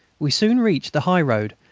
we soon reached the high-road,